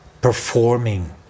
performing